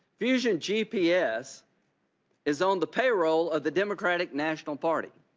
fusion gps is on the payroll of the democratic national party.